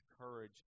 courage